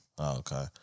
okay